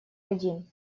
один